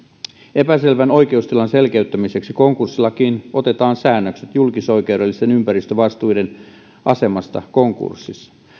epäselvän oikeustilan selkeyttämiseksi konkurssilakiin otetaan säännökset julkisoikeudellisten ympäristövastuiden asemasta konkurssissa